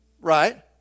Right